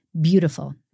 beautiful